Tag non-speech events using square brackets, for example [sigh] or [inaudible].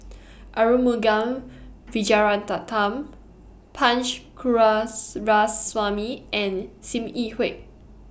[noise] Arumugam [unintelligible] Punch [unintelligible] and SIM Yi Hui